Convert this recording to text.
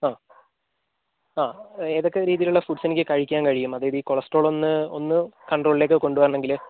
ആ ആ ഏതൊക്കെ രീതിയിലുള്ള ഫൂഡ്സ് എനിക്ക് കഴിക്കാൻ കഴിയും അതായത് ഈ കൊളസ്ട്രോൾ ഒന്ന് ഒന്ന് കൺട്രോളിലേക്ക് കൊണ്ടുവരണമെങ്കിൽ